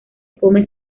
come